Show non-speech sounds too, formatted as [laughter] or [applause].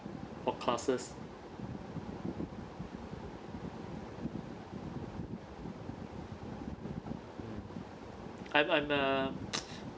for classes mm I'm I'm a [noise]